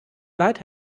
light